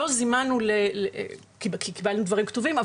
קיבלנו אמנם דברים כתובים,